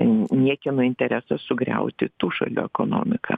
niekieno interesas sugriauti tų šalių ekonomiką